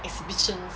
exhibition